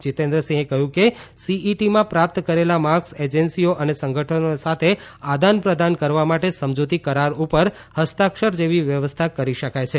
જિતેન્દ્રસિંહ કહ્યું કે સીઈટીમાં પ્રાપ્ત કરેલા માર્કસ એજન્સીઓ અને સંગઠનો સાથે આદાન પ્રદાન કરવા માટે સમજૂતી કરાર ઉપર હસ્તાક્ષર જેવી વ્યવસ્થા કરી શકાય છે